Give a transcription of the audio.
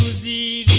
the